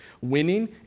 Winning